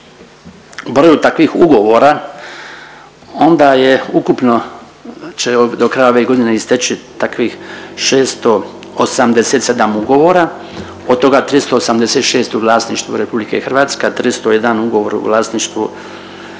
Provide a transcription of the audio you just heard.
broju takvih ugovora onda je, ukupno će do kraja ove godine isteći takvih 687 ugovora, od toga 386 u vlasništvu RH, a 301 ugovora u vlasništvu